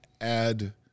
add